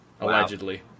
allegedly